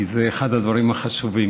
כי זה אחד הדברים החשובים,